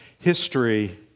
History